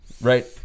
right